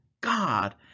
God